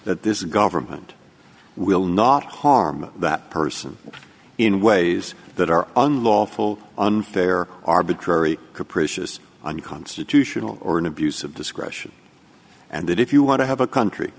that this government will not harm that person in ways that are unlawful unfair arbitrary capricious unconstitutional or an abuse of discretion and that if you want to have a country